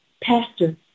Pastor